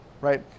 right